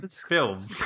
film